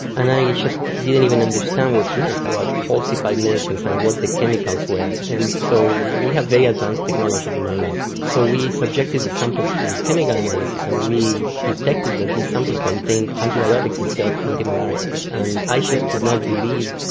and i yeah just didn't even understand what he meant about falsified medicines and what the chemicals were. and so we have very advanced technologies in my lab, so we subjected the samples to chemical analysis and we detected that these samples contained antibiotics instead of antimalarials, and i just could not believe,